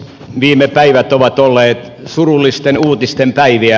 viime päivät ovat olleet surullisten uutisten päiviä